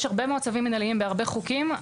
יש הרבה מאוד צווים מינהליים בהרבה חוקים.